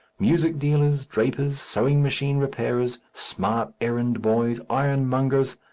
music-dealers, drapers, sewing-machine repairers, smart errand boys, ironmongers,